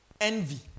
Envy